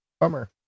Bummer